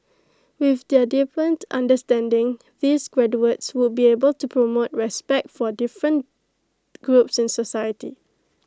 with their deepened understanding these graduates would be able to promote respect for different groups in society